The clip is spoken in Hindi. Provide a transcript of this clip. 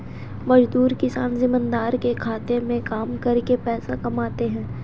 मजदूर किसान जमींदार के खेत में काम करके पैसा कमाते है